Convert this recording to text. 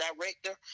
director